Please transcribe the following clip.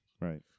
Right